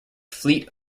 fleet